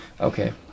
Okay